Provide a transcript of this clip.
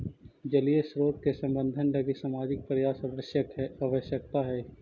जलीय स्रोत के संवर्धन लगी सामाजिक प्रयास आवश्कता हई